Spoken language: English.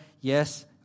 Yes